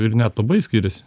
ir net labai skiriasi